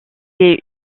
est